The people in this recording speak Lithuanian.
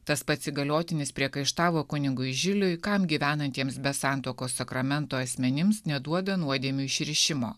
tas pats įgaliotinis priekaištavo kunigui žiliui kam gyvenantiems be santuokos sakramento asmenims neduoda nuodėmių išrišimo